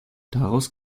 daraus